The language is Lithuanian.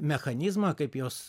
mechanizmą kaip jos